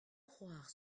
croire